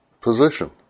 position